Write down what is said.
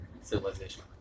Civilization